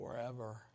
forever